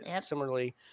similarly